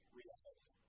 reality